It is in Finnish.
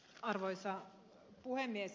arvoisa puhemies